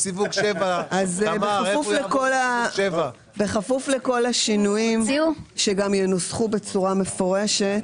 אז בכפוף לכל השינויים שגם ינוסחו בצורה מפורשת,